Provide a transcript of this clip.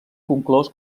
conclòs